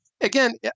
again